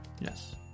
Yes